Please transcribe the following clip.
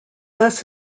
thus